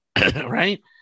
Right